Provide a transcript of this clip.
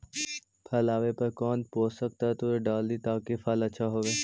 फल आबे पर कौन पोषक तत्ब डाली ताकि फल आछा होबे?